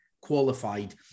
qualified